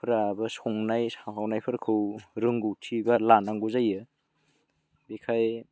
फोराबो संनाय सावनाय फोरखौ रोंगौथि लानांगौ जायो बेखाय